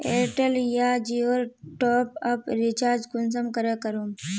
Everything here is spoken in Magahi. एयरटेल या जियोर टॉपअप रिचार्ज कुंसम करे करूम?